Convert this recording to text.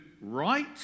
right